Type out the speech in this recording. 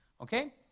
Okay